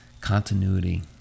Continuity